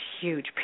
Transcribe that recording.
huge